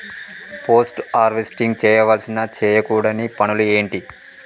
Post harvesting చేయవలసిన చేయకూడని పనులు ఏంటి?